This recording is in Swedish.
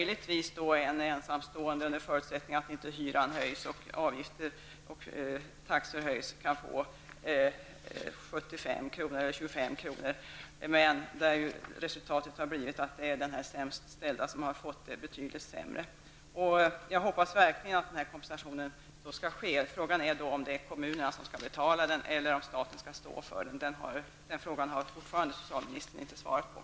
Likaså kan en ensamstående, under förutsättning att inte hyra, avgifter och taxor höjs, få 25 kr. mer. Men resultatet har blivit att de sämst ställda har fått det ännu sämre. Jag hoppas verkligen att den utlovade kompensationen till den mest utsatta pensionärsgruppen kommer till stånd. Frågan är om kommunerna eller staten skall stå för den. Den frågan har socialministern ännu inte besvarat.